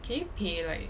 can you pay like